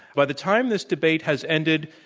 by the time this debate has ended,